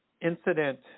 incident